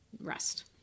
rest